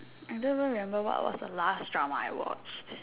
I don't even remember what was the last drama I watched